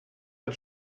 hat